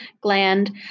gland